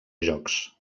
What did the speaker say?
jocs